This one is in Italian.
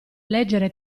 leggere